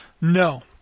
No